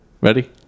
Ready